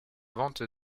vente